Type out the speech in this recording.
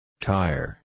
Tire